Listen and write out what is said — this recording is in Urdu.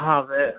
ہاں میں